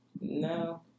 no